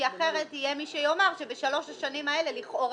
כי אחרת יהיה מי שיאמר שבשלוש השנים האלה לכאורה